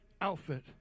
outfit